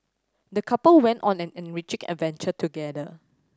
the couple went on an enriching adventure together